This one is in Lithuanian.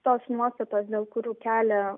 tos nuostatos dėl kurių kelia